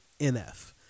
NF